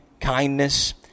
kindness